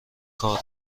کار